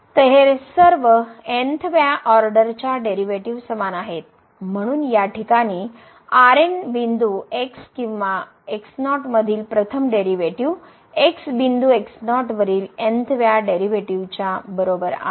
तर हे सर्व n व्या ऑर्डरच्या डेरीवेटीव समान आहेत म्हणून या ठिकाणी म्हणून हा बिंदू x किंवा बिंदू x0 मधील प्रथम डेरीवेटीव x बिंदू x0 वरील n व्या डेरीवेटीव च्या बरोबर आहे